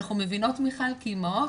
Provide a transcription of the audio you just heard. אנחנו מבינות מיכל כאימהות,